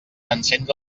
encendre